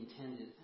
intended